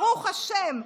ברוך השם.